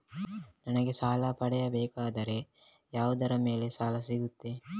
ನನಗೆ ಸಾಲ ಪಡೆಯಬೇಕಾದರೆ ಯಾವುದರ ಮೇಲೆ ಸಾಲ ಸಿಗುತ್ತೆ?